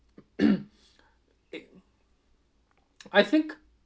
I think